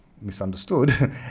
misunderstood